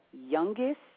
youngest